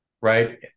right